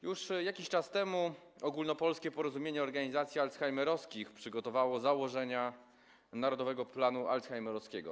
Już jakiś czas temu Ogólnopolskie Porozumienie Organizacji Alzheimerowskich przygotowało założenia „Narodowego planu alzheimerowskiego”